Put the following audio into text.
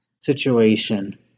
situation